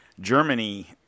Germany